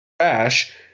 trash